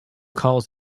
calls